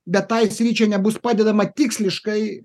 bet tai sričiai nebus padedama tiksliškai